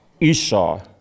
Esau